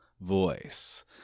voice